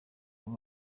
abo